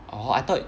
orh I thought